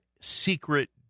secret